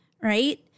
right